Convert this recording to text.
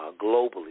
globally